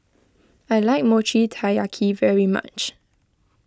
I like Mochi Taiyaki very much